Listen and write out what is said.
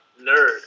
nerd